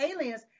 aliens